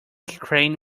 crane